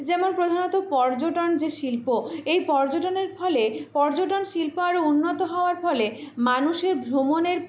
যেমন প্রধানত পর্যটন যে শিল্প এই পর্যটনের ফলে পর্যটন শিল্প আরো উন্নত হওয়ার ফলে মানুষের ভ্রমণের